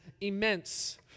immense